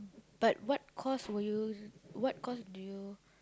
but what course will you what course do you